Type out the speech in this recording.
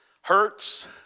hurts